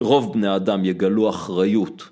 רוב בני אדם יגלו אחריות.